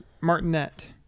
Martinet